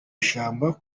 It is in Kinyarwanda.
ishyamba